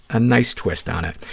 a nice twist on it.